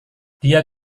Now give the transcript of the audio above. dia